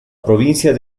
provincia